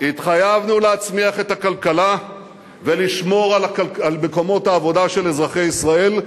התחייבנו להצמיח את הכלכלה ולשמור על מקומות העבודה של אזרחי ישראל,